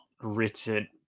written